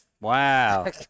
Wow